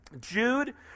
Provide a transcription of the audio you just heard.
Jude